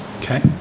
Okay